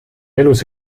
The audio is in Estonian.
elus